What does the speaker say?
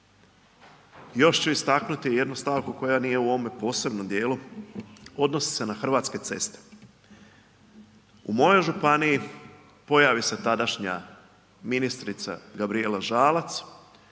Još ću istaknuti jednu stavku koja nije u ovom posebnom dijelu, odnosi se na Hrvatske ceste. U mojoj županiji pojavi se tadašnja ministrica Gabrijela Žalac,